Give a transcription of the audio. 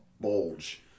bulge